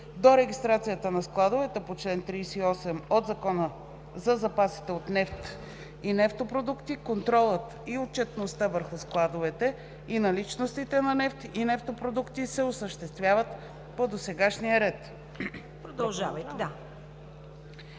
До регистрацията на складовете по чл. 38 от Закона за запасите от нефт и нефтопродукти, контролът и отчетността върху складовете и наличностите на нефт и нефтопродукти се осъществяват по досегашния ред.“ Комисията